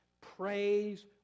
praise